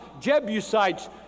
Jebusites